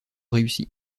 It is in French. réussi